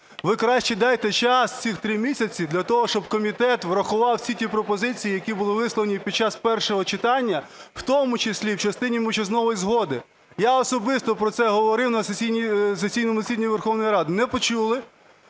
ви краще дайте час цих три місяці для того, щоб комітет врахував всі ті пропозиції, які були висловлені під час першого читання, в тому числі в частині мовчазної згоди. Я особисто про це говорив на сесійному засіданні Верховної Ради. Не почули.